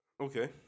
Okay